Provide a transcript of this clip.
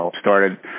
started